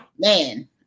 Man